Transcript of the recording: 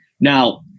Now